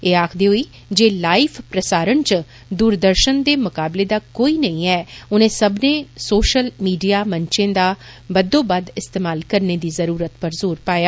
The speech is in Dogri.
एह् आखदे होई जे लाईव प्रसारण च दूरदर्षन दे मुकाबले दा कोई नेईं ऐ उनें सब्बनें सौषल मीडिया मंचें दा बद्दोबद्द इस्तेमाल करने दी ज़रुरत पर ज़ोर पाया